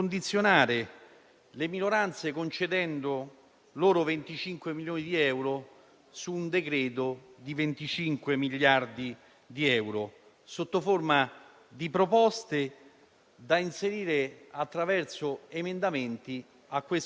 Quindi, Presidente, siamo ancora una volta qui a recitare una commedia. Il Governo, come abbiamo sempre detto e denunciato, non ci ascolta, decide da solo e non sente il Paese e questo è un grave fatto